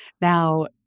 Now